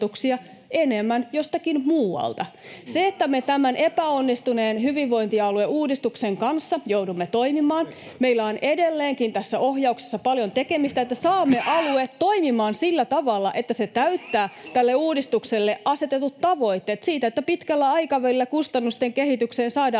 enemmän jostakin muualta. Siinä, että me tämän epäonnistuneen hyvinvointialueuudistuksen kanssa joudumme toimimaan, meillä on edelleenkin tässä ohjauksessa paljon tekemistä: että saamme alueet toimimaan sillä tavalla, että se täyttää tälle uudistukselle asetetut tavoitteet siitä, että pitkällä aikavälillä kustannusten kehitykseen saadaan